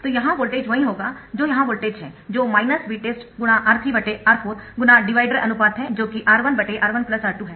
तो यहाँ वोल्टेज वही होगा जो यहाँ वोल्टेज है जो Vtest R3R4× डिवाइडर अनुपात है जो कि R1R1 R2 है